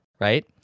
right